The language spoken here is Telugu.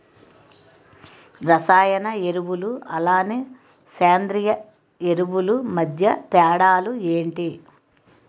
రసాయన ఎరువులు అలానే సేంద్రీయ ఎరువులు మధ్య తేడాలు ఏంటి?